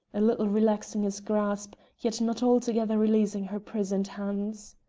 a little relaxing his grasp, yet not altogether releasing her prisoned hands.